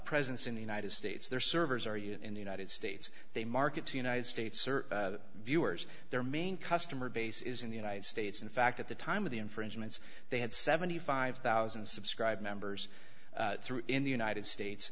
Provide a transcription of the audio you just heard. presence in the united states their servers are you in the united states they market to united states or viewers their main customer base is in the united states in fact at the time of the infringements they had seventy five thousand subscribed members through in the united states